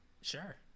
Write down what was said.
Sure